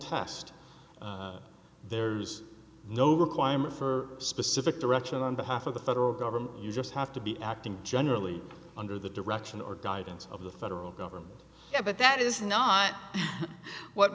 toughest there's no requirement for specific direction on behalf of the federal government you just have to be acting generally under the direction or guidance of the federal government but that is not what